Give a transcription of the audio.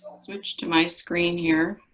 switch to my screen here.